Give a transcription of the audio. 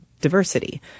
diversity